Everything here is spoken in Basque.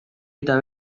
eta